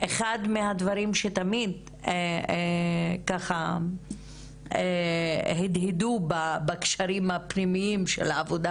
אחד מהדברים שתמיד ככה הדהדו בקשרים הפנימיים של העבודה